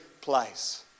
place